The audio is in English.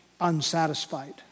unsatisfied